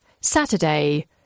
Saturday